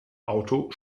auto